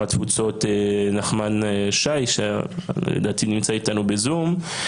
התפוצות נחמן שי שלדעתי נמצא איתנו בזום.